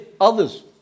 others